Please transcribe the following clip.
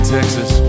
Texas